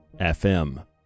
FM